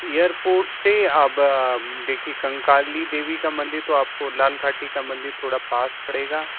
airport से अब देखिए कंकाली देवी का मंदिर तो आपको लालघाटी का मंदिर थोड़ा पास पड़ेगा